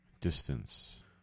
Distance